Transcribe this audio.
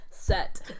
Set